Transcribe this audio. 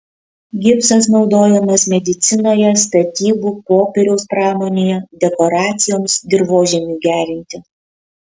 gipsas naudojamas medicinoje statybų popieriaus pramonėje dekoracijoms dirvožemiui gerinti